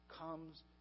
comes